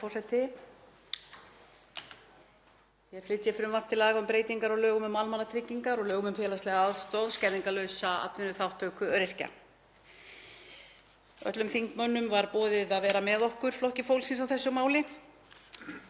Ég flyt hér frumvarp til laga um breytingar á lögum um almannatryggingar og lögum um félagslega aðstoð (skerðingarlausa atvinnuþátttöku öryrkja). Öllum þingmönnum var boðið að vera með okkur Flokki fólksins á þessu máli